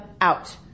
out